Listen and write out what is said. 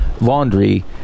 laundry